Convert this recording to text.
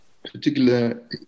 particular